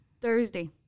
Thursday